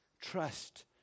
trust